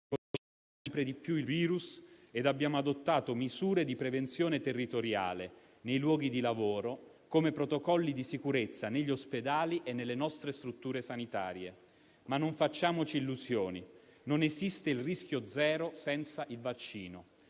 Conosciamo sempre di più il virus e abbiamo adottato misure di prevenzione territoriale, nei luoghi di lavoro, come protocolli di sicurezza negli ospedali e nelle nostre strutture sanitarie. Non facciamoci illusioni, però: non esiste il rischio zero senza il vaccino.